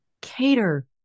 cater